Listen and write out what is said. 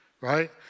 right